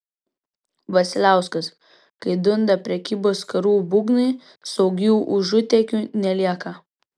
vasiliauskas kai dunda prekybos karų būgnai saugių užutėkių nelieka